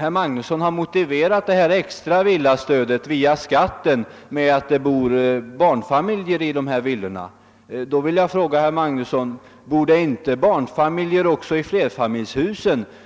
herr Magnusson motiverat det extra villastödet via skatten med att det bor barnfamiljer i villorna. Då vill jag fråga herr Magnusson om det inte bor barnfamiljer i flerfamiljshusen.